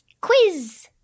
quiz